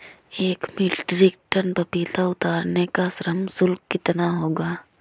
एक metric ton पपीता उतारने का श्रम शुल्क कितना होगा?